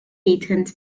patent